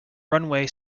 runway